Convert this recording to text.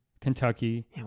Kentucky